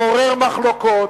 מעורר מחלוקות,